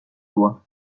doigt